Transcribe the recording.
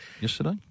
yesterday